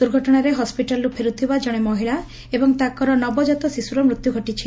ଦୁର୍ଘଟଣାରେ ହସ୍ୱିଟାଲ୍ରୁ ଫେରୁଥିବା ଜଶେ ମହିଳା ଏବଂ ତାଙ୍କର ନବଜାତ ଶିଶୁର ମୃତ୍ଧୁ ଘଟିଛି